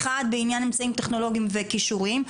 אחת בענין אמצעים טכנולוגיים וקישורים,